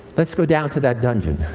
let's go down to that dungeon.